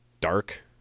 dark